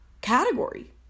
category